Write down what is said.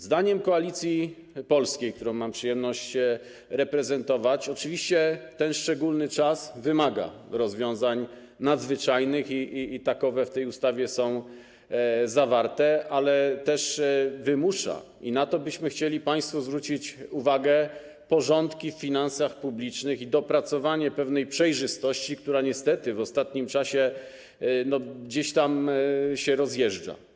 Zdaniem Koalicji Polskiej, którą mam przyjemność reprezentować, oczywiście ten szczególny czas wymaga rozwiązań nadzwyczajnych i takowe w tej ustawie są zawarte, ale też wymusza, i na to chcielibyśmy zwrócić państwa uwagę, porządki w finansach publicznych i dopracowanie pewnej przejrzystości, która niestety w ostatnim czasie gdzieś tam się rozjeżdża.